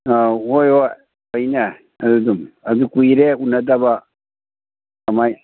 ꯑꯧ ꯍꯣꯏ ꯍꯣꯏ ꯐꯩꯅꯦ ꯑꯗꯨꯗꯨꯝ ꯑꯗꯨ ꯀꯨꯏꯔꯦ ꯎꯅꯗꯕ ꯀꯃꯥꯏ